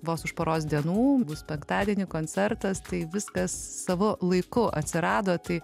vos už poros dienų bus penktadienį koncertas tai viskas savu laiku atsirado tai